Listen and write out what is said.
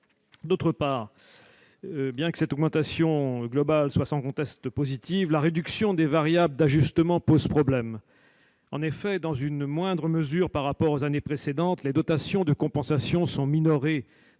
Certes, une telle augmentation globale est incontestablement positive, mais la réduction des variables d'ajustement pose problème. En effet, dans une moindre mesure par rapport aux années précédentes, les dotations de compensation sont minorées